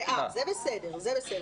זה בסדר.